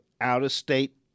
out-of-state